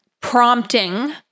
prompting